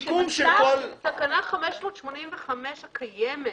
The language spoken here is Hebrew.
תקנה 585 הקיימת